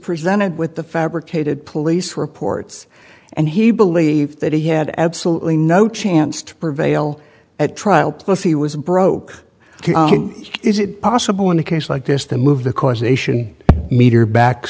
presented with the fabricated police reports and he believed that he had absolutely no chance to prevail at trial plus he was broke is it possible in a case like this to move the causation meter back